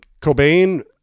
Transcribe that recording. Cobain